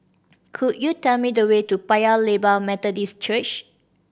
could you tell me the way to Paya Lebar Methodist Church